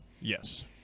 Yes